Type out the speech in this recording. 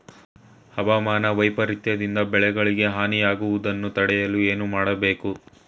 ಹವಾಮಾನ ವೈಪರಿತ್ಯ ದಿಂದ ಬೆಳೆಗಳಿಗೆ ಹಾನಿ ಯಾಗುವುದನ್ನು ತಡೆಯಲು ಏನು ಮಾಡಬೇಕು?